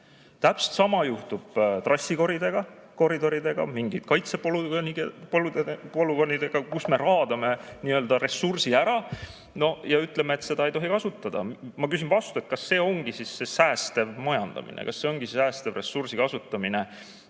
Täpselt sama juhtub trassikoridoridega, mingite kaitsepolügoonidega, kus me raadame ressursi ära ja ütleme, et seda ei tohi kasutada. Ma küsin vastu, kas see ongi siis säästev majandamine. Kas see ongi säästev ressursi kasutamine?